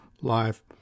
life